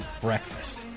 breakfast